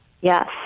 Yes